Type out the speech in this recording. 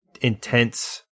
intense